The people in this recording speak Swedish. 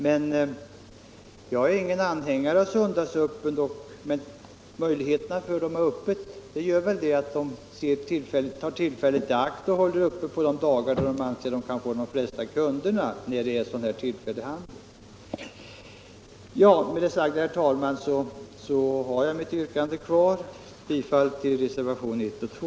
Jag är ingen anhängare av söndagsöppethållande, men jag förstår att möjligheterna för dem att hålla öppet då gör att de tar tillfället i akt och håller öppet på de dagar de anser sig kunna få de flesta kunderna. Med det sagda, herr talman, står jag fast vid mitt yrkande; bifall till reservationerna 1 och 2.